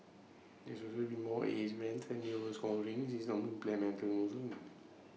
there will be more age bands A new scoring system implemented although